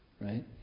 right